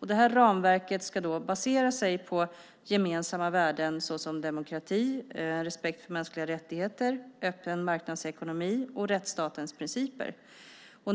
Det ramverket ska då basera sig på gemensamma värden såsom demokrati, respekt för mänskliga rättigheter, öppen marknadsekonomi och rättsstatens principer.